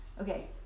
okay